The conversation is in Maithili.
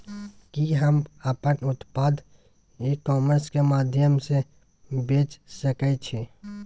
कि हम अपन उत्पाद ई कॉमर्स के माध्यम से बेच सकै छी?